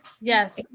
yes